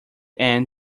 end